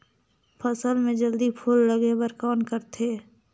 फसल मे जल्दी फूल लगे बर कौन करथे?